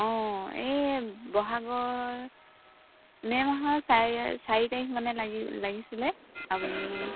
অ এই ব'হাগৰ মে' মাহৰ চাৰি চাৰি তাৰিখ মানে লাগিছিলে আপুনি